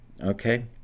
okay